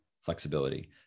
flexibility